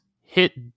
hit